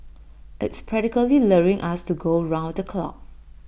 it's practically luring us to go round the clock